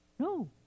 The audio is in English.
No